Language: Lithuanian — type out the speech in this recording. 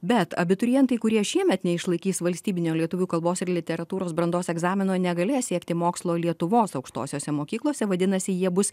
bet abiturientai kurie šiemet neišlaikys valstybinio lietuvių kalbos ir literatūros brandos egzamino negalės siekti mokslo lietuvos aukštosiose mokyklose vadinasi jie bus